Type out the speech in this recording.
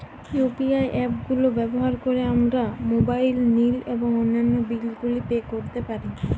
UPI app গুলো ব্যবহার করে আমরা মোবাইল নিল এবং অন্যান্য বিল গুলি পে করতে পারি